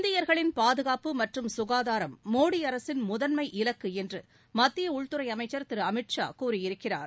இந்தியர்களின் பாதுகாப்பு மற்றும் சுகாதாரம் மோடி அரசின் முதன்மை இலக்கு என்று மத்திய உள்துறை அமைச்சர் திரு அமித்ஷா கூறியிருக்கிறார்